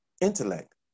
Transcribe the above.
intellect